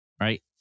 Right